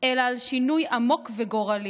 אלא על שינוי עמוק וגורלי,